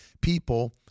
people